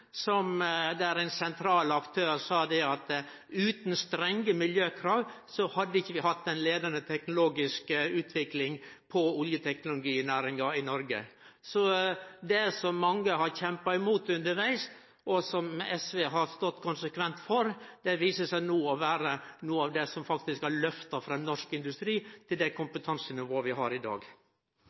der ein sentral aktør sa at utan strenge miljøkrav, hadde vi ikkje hatt den leiande teknologiske utviklinga på oljeteknologinæringa i Noreg. Det som mange har kjempa imot undervegs, og som SV konsekvent har vært for, viser seg no å vere noko av det som faktisk har løfta fram norsk industri til det kompetansenivået vi har i dag.